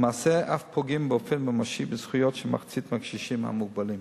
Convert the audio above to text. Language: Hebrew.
למעשה אף פוגעים באופן ממשי בזכויות של מחצית מהקשישים המוגבלים.